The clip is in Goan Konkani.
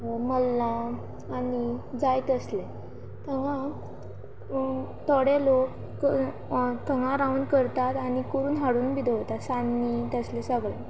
मल्लां आनी जाय तसले थांगा थोडे लोक थंगा रावन करतात आनी करून हाडून बी दवरतात सान्नी तसलें सगळें